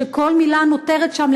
שכל מילה נותרת שם,